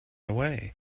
away